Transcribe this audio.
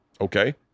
okay